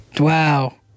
Wow